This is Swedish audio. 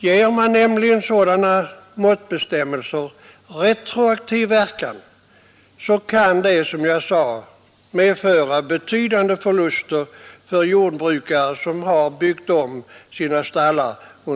Om man ger sådana måttbestämmelser retroaktiv verkan, kan detta medföra betydande förluster för de jordbrukare som under senare år byggt om sina stallar.